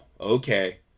okay